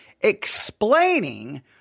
explaining